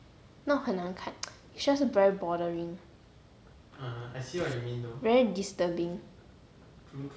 not 很那看 it's just very bothering very disturbing